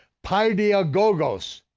paidagogos,